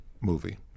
movie